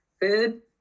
food